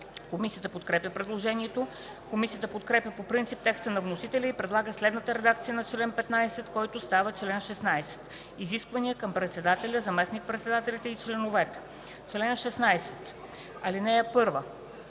Комисията подкрепя предложението. Комисията подкрепя по принцип текста на вносителя и предлага следната редакция на чл. 16, който става чл. 17: „Избор на председател, заместник-председатели и членове Чл. 17. (1)